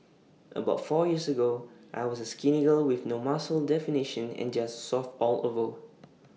about four years ago I was A skinny girl with no muscle definition and just soft all over